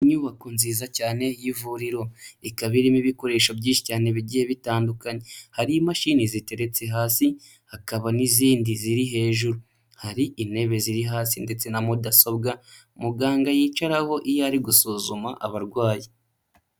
Inyubako nziza cyane y'ivuriro; ikaba irimo ibikoresho byinshi cyane bigiye bitandukanye. Hari imashini ziteretse hasi, hakaba n'izindi ziri hejuru. Hari intebe ziri hasi ndetse na mudasobwa, muganga yicaraho iyo ari gusuzuma abarwayi.